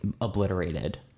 obliterated